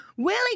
Willie